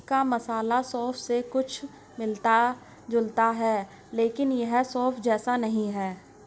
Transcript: इसका मसाला सौंफ से कुछ मिलता जुलता है लेकिन यह सौंफ जैसा नहीं है